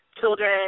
children